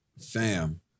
Fam